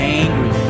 angry